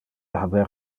haber